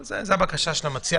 זאת הבקשה של המציע,